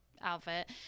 outfit